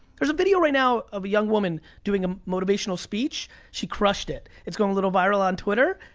there's a video right now of a young woman doing a motivational speech. she crushed it. it's going a little viral on twitter.